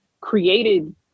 created